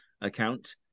account